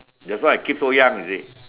that's why I keep so young you see